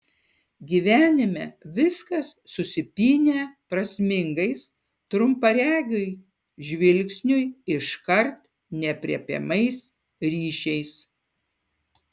gyvenime viskas susipynę prasmingais trumparegiui žvilgsniui iškart neaprėpiamais ryšiais